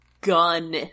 gun